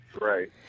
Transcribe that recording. Right